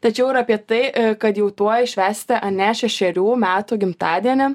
tačiau ir apie tai kad jau tuoj švęsite ane šešerių metų gimtadienį